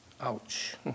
ouch